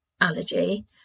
allergy